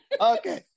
Okay